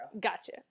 Gotcha